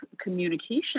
communication